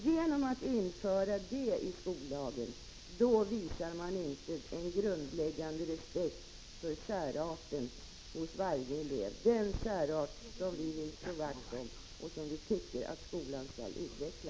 Genom att införa detta i skollagen visar man inte en grundläggande respekt för särarten hos varje elev, den särart vi vill slå vakt om och som vi tycker att skolan skall utveckla.